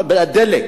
הדלק.